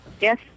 Yes